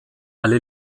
alle